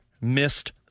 missed